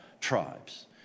tribes